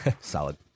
Solid